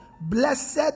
Blessed